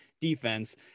defense